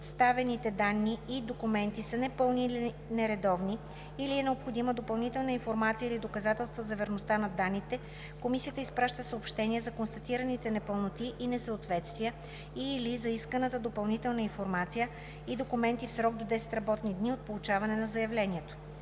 представените данни и документи са непълни или нередовни или е необходима допълнителна информация или доказателства за верността на данните, комисията изпраща съобщение за констатираните непълноти и несъответствия и/или за исканата допълнителна информация и документи в срок до 10 работни дни от получаване на заявлението.